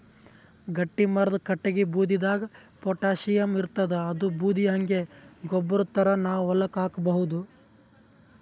ಗಟ್ಟಿಮರದ್ ಕಟ್ಟಗಿ ಬೂದಿದಾಗ್ ಪೊಟ್ಯಾಷಿಯಂ ಇರ್ತಾದ್ ಅದೂ ಬೂದಿ ಹಂಗೆ ಗೊಬ್ಬರ್ ಥರಾ ನಾವ್ ಹೊಲಕ್ಕ್ ಹಾಕಬಹುದ್